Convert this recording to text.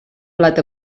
plat